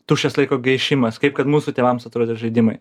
tuščias laiko gaišimas kaip kad mūsų tėvams atrodė žaidimai